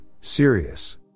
serious